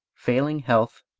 failing health,